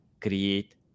create